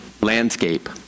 landscape